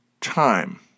time